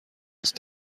است